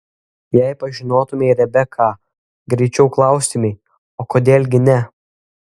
jei pažinotumei rebeką greičiau klaustumei o kodėl gi ne